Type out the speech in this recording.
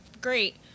great